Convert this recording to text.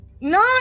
no